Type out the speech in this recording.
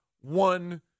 One